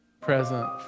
present